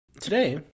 today